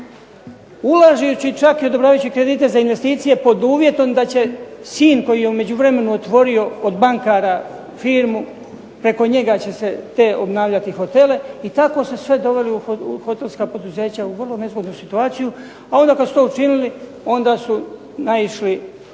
ulažući čak i odobravajući kredite za investicije pod uvjetom da će sin, koji je u međuvremenu otvorio od bankara firmu preko njega će se te obnavljati hotele i tako ste sve doveli u hotelska poduzeća u vrlo nezgodnu situaciju, a onda kad su to učinili onda su naišli